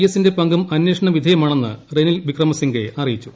എസിന്റെ പങ്കും അന്വേഷണ വിധേയമാണെന്ന് റെനിൽ വിക്രമസിംഗെ അറിയിച്ചു